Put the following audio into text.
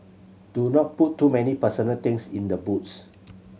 do not put too many personal things in the boots